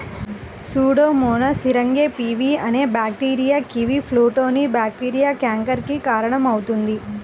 Pseudomonas syringae pv అనే bacteria కివీఫ్రూట్లోని bacteria canker కి కారణమవుతుంది